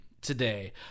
today